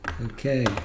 Okay